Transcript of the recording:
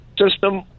system